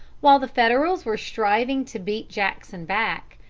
while the federals were striving to beat jackson back,